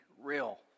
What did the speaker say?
real